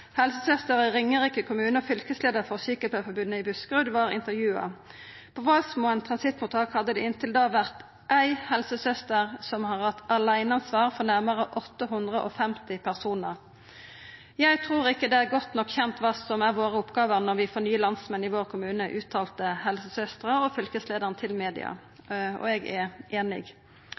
helsesøster i Ringerike kommune og fylkesleiar for Sykepleierforbundet i Buskerud vart intervjua. På Hvalsmoen transittmottak hadde det inntil då vore ei helsesøster som hadde hatt aleineansvar for nærmare 850 personar. «Jeg tror ikke det er godt nok kjent hva som er våre oppgaver når vi får nye landsmenn i vår kommune», uttalte helsesøstera og fylkesleiaren til media – og eg er